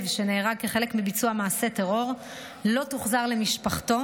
שנהרג כחלק מביצוע מעשה טרור לא תוחזר למשפחתו,